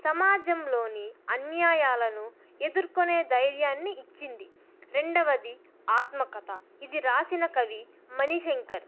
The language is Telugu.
సమాజంలోని అన్యాయాలను ఎదుర్కునే ధైర్యాన్ని ఇచ్చింది రెండవది ఆత్మకథ ఇది రాసిన కవి మణి శంకర్